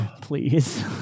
Please